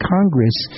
Congress